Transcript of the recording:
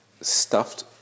stuffed